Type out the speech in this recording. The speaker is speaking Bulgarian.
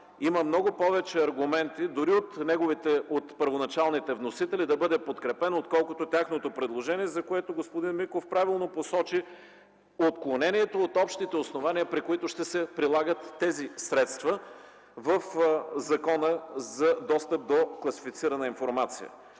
има много повече аргументи дори от неговите първоначални вносители да бъде подкрепен, отколкото тяхното предложение, за което господин Михаил Миков правилно посочи отклонението от общите основания, при които ще се прилагат тези средства в Закона за достъп до класифицирана информация.